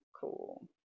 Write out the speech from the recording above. Cool